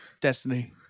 Destiny